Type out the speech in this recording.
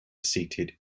seated